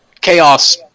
chaos